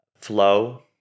flow